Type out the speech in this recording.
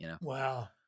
Wow